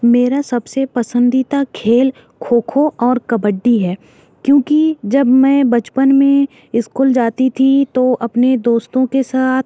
मेरा सबसे पसंदीदा खेल खो खो और कबड्डी है क्योंकि जब मैं बचपन में इस्कूल जाती थी तो अपने दोस्तों के साथ